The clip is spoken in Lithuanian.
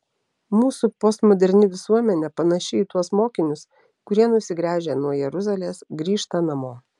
mūsų postmoderni visuomenė panaši į tuos mokinius kurie nusigręžę nuo jeruzalės grįžta namo